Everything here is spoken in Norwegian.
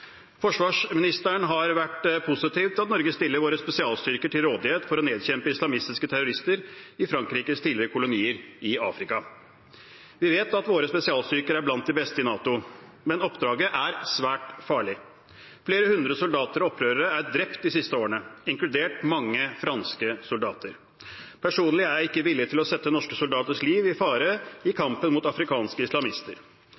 Forsvarsministeren har vært positiv til at Norge stiller våre spesialstyrker til rådighet for å nedkjempe islamistiske terrorister i Frankrikes tidligere kolonier i Afrika. Vi vet at våre spesialstyrker er blant de beste i NATO, men oppdraget er svært farlig. Flere hundre soldater og opprørere er drept de siste årene, inkludert mange franske soldater. Personlig er jeg ikke villig til å sette norske soldaters liv i fare i